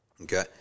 Okay